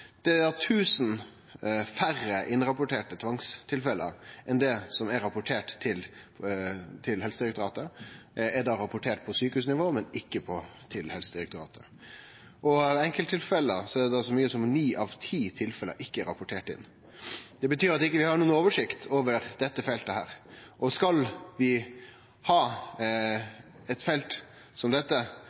Det er tusen fleire innrapporterte tvangstilfelle enn det som er rapportert til Helsedirektoratet. Dei er rapporterte på sjukehusnivå, men ikkje til Helsedirektoratet. Og ved eitt sjukehus er så mykje som ni av ti tilfelle ikkje rapporterte inn. Det betyr at vi ikkje har nokon oversikt over dette feltet. Dette feltet er det heilt avgjerande at vi